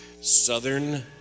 Southern